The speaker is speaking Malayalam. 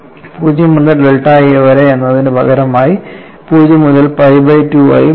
0 മുതൽ ഡെൽറ്റ a വരെ എന്നതിനു പകരമായി 0 മുതൽ പൈ ബൈ 2 ആയി മാറും